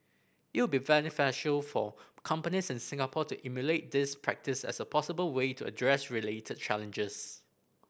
it would be beneficial for companies in Singapore to emulate this practice as a possible way to address related challenges